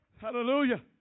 hallelujah